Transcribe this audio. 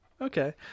Okay